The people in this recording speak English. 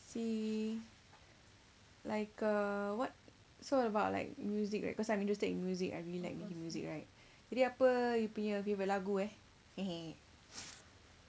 see like uh what sort about like music right cause I'm interested in music I really like music right jadi apa you punya favourite lagu eh